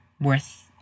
worth